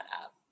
up